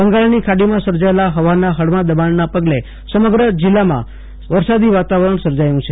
બંગાળની ખાડીમાં સર્જાયેલા હવાના હળવા દબાણના પગલે સમગ્ર કચ્છ જીલ્લામાં વરસાદી વાતાવરણ સર્જાયું છે